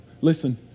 listen